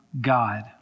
God